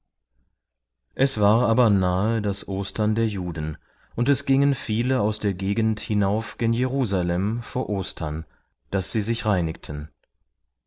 es war aber nahe das ostern der juden und es gingen viele aus der gegend hinauf gen jerusalem vor ostern daß sie sich reinigten